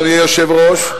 אדוני היושב-ראש,